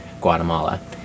Guatemala